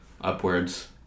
upwards